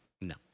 No